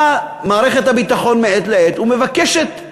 באה מערכת הביטחון מעת לעת ומבקשת מאתנו,